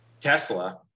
Tesla